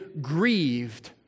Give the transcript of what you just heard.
grieved